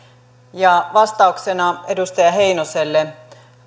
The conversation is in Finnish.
ja vastauksena edustaja heinoselle